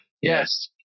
Yes